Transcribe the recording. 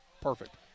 perfect